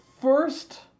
first